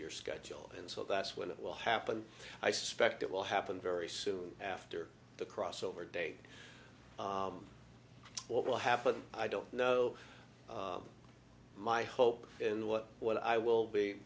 your schedule and so that's when it will happen i suspect it will happen very soon after the crossover date what will happen i don't know my hope and what what i will be